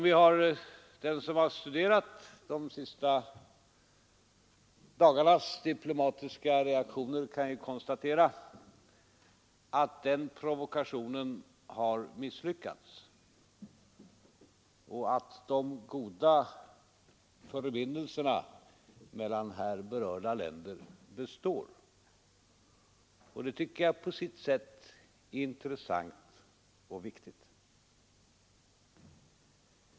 Den som har studerat de senaste dagarnas diplomatiska reaktioner kan ju konstatera att den provokationen har misslyckats och att de goda förbindelserna mellan här berörda länder består, och det tycker jag på sitt sätt är intressant och viktigt.